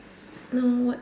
hmm what